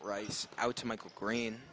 rice out to michael green